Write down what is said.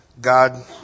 God